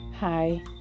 Hi